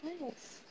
nice